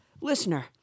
Listener